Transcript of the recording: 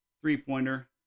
Three-pointer